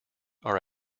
are